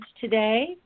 today